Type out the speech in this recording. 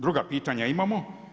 Druga pitanja imamo.